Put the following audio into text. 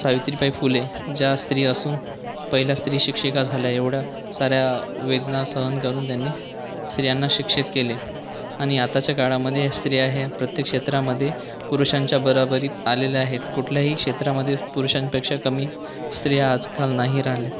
सावित्रीबाई फुले ज्या स्त्री असून पहिल्या स्त्री शिक्षिका झाल्या एवढा साऱ्या वेदना सहन करून त्यांनी स्त्रियांना शिक्षित केले आणि आताच्या काळामधे स्त्रिया ह्या प्रत्येक क्षेत्रामधे पुरुषांच्या बरोबरीत आलेल्या आहेत कुठल्याही क्षेत्रामधे पुरुषांपेक्षा कमी स्त्रिया आजकाल नाही राहिल्या